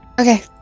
Okay